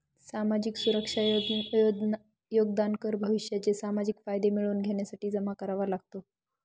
सामाजिक सुरक्षा योगदान कर भविष्याचे सामाजिक फायदे मिळवून घेण्यासाठी जमा करावा लागतो